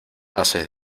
haces